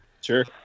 Sure